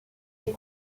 des